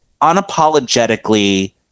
unapologetically